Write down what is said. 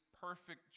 perfect